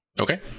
Okay